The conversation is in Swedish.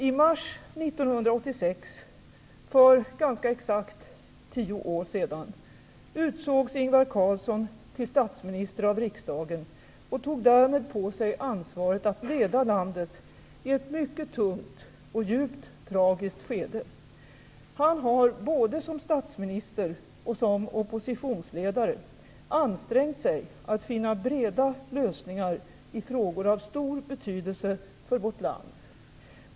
I mars 1986, för ganska exakt tio år sedan, utsågs Ingvar Carlsson till statsminister av riksdagen och tog därmed på sig ansvaret att leda landet, i ett mycket tungt och djupt tragiskt skede. Han har både som statsminister och som oppositionsledare ansträngt sig att finna breda lösningar i frågor av stor betydelse för vårt land.